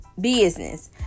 business